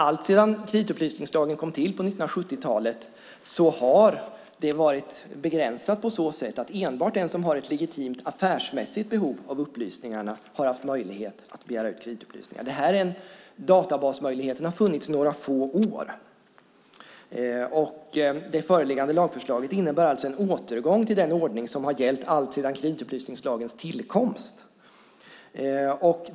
Alltsedan kreditupplysningslagen på 1970-talet kom till har det varit begränsat på så sätt att enbart den som har ett legitimt affärsmässigt behov av upplysningar haft möjlighet att begära ut sådana. Databasmöjligheten har funnits i några få år. Föreliggande lagförslag innebär alltså en återgång till den ordning som gällt alltsedan kreditupplysningslagens tillkomst.